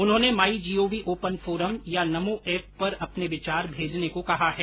उन्होंने my gov open forum या Namo app पर अपने विचार भेजने को कहा है